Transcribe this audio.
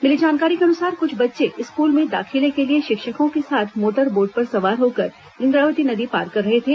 मिली जानकारी के अनुसार कुछ बच्चे स्कूल में दाखिले के लिए शिक्षकों के साथ मोटरबोट पर सवार होकर इंद्रावती नदी पार कर रहे थे